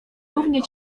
równie